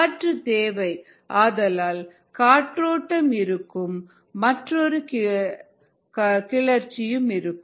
காற்று தேவை ஆதலால் காற்றோட்டம் இருக்கும் மற்றும் கிளர்ச்சியும் இருக்கும்